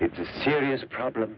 it's a serious problem